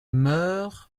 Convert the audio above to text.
meurt